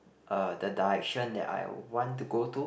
uh the direction that I want to go to